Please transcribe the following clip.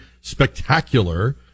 spectacular